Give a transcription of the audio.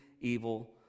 evil